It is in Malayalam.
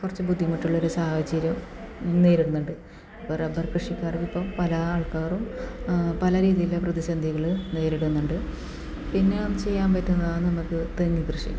കുറച്ച് ബുദ്ധിമുട്ടുള്ള ഒരു സാഹചര്യം നേരിടുന്നുണ്ട് അപ്പം റബ്ബർ കൃഷിക്കാർക്കിപ്പോൾ പല ആൾക്കാറും പല രീതിയിലുള്ള പ്രതിസന്ധികള് നേരിടുന്നുണ്ട് പിന്നെ ഒന്ന് ചെയ്യാൻ പറ്റുന്നതാണ് നമുക്ക് തെങ്ങ് കൃഷി